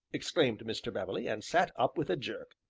exclaimed mr. beverley, and sat up with a jerk.